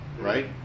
right